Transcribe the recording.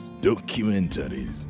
Documentaries